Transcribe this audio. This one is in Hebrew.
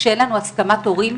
כשאין לנו הסכמת הורים.